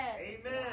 Amen